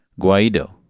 Guaido